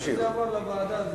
שזה יעבור לוועדה.